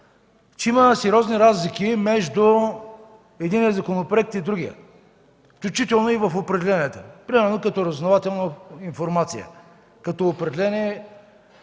че има сериозни разлики между единия законопроект и другия. Включително и в определенията, примерно като разузнавателна информация, като това,